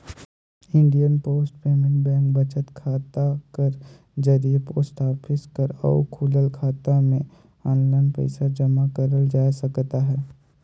India post payment bank बचत खाता कर जरिए पोस्ट ऑफिस कर अउ खुलल खाता में आनलाईन पइसा जमा करल जाए सकत अहे